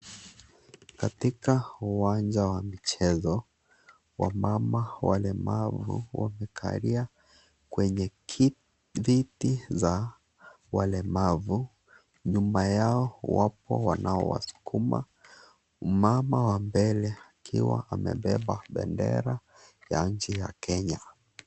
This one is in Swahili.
Katika uwanja wa michezo, wamama walemavu wamekalia kwenye viti za walemavu. Nyuma yao wapo wanaowasukuma. Mama wa mbele akiwa amebeba bendera ya nchi ya Kenya.